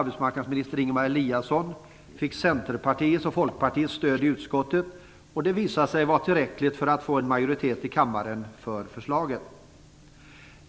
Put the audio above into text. Eliasson, fick Centerpartiets och Folkpartiets stöd i utskottet. Det visade sig vara tillräckligt för att det skulle bli en majoritet i kammaren för förslaget.